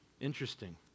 Interesting